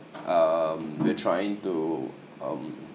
um we're trying to um